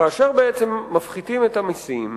כאשר מפחיתים את המסים,